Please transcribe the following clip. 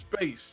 space